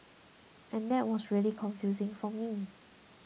and that was really confusing for me